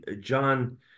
John